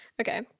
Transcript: Okay